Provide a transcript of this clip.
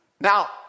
Now